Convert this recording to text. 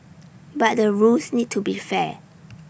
but the rules need to be fair